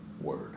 word